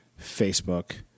facebook